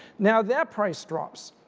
now that price drops.